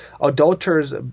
Adulterers